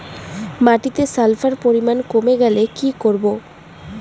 মাটিতে সালফার পরিমাণ কমে গেলে কি করব?